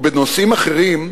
ובנושאים אחרים,